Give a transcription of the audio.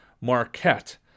Marquette